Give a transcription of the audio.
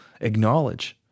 acknowledge